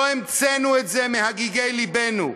לא המצאנו את זה מהגיגי לבנו,